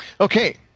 Okay